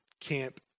camp